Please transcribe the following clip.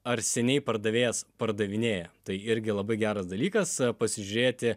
ar seniai pardavėjas pardavinėja tai irgi labai geras dalykas pasižiūrėti